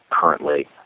currently